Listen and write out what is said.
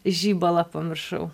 žibalą pamiršau